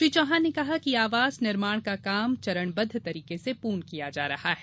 श्री चौहान ने कहा कि आवास निर्माण का कार्य चरणबद्ध तरीके से पूर्ण किया जा रहा है